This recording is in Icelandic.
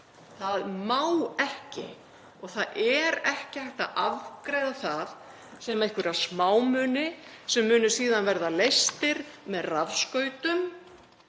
Það má ekki. Það er ekki hægt að afgreiða það sem einhverja smámuni sem munu síðan verða leystir með rafskautum,